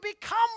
become